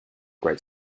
great